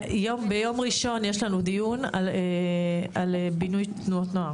ביום ראשון יש לנו דיון על בינוי תנועות נוער